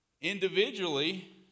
individually